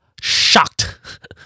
shocked